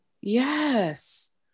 Yes